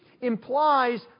implies